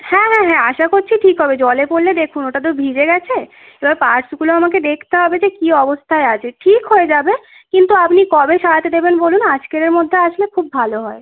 হ্যাঁ হ্যাঁ হ্যাঁ আশা করছি ঠিক হবে জলে পড়লে দেখুন ওটা তো ভিজে গেছে এবার পার্টসগুলো আমাকে দেখতে হবে যে কী অবস্থায় আছে ঠিক হয়ে যাবে কিন্তু আপনি কবে সারাতে দেবেন বলুন আজকেরের মধ্যে আসলে খুব ভালো হয়